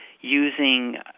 using